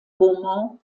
beaumont